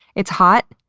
it's hot.